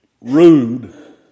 rude